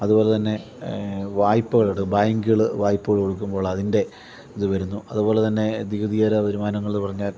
അതുപോലെത്തന്നെ വായ്പ്പകൾ ബേങ്ക്കൾ വായ്പ്പ കൊടുക്കുമ്പോൾ അതിൻ്റെ ഇത് വരുന്നു അതുപോലെത്തന്നെ നികുതിയേതര വരുമാനങ്ങൾ എന്ന് പറഞ്ഞാൽ